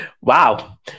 Wow